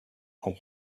know